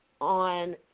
on